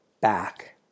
back